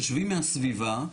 תושבים מהסביבה,